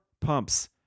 pumps